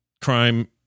crime